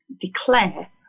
declare